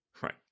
Right